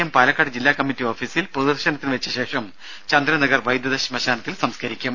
M Palakkad ജില്ലാ കമ്മറ്റി ഓഫീസിൽ പൊതുദർശനത്തിനു വെച്ച ശേഷം ചന്ദ്രനഗർ വൈദ്യുത ശ്മശാനത്തിൽ സംസ്കരിക്കും